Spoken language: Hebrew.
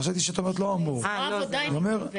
חשבתי שאת אומרת שמעסיק לא אמור --- לזרוע העבודה היא מתכוונת.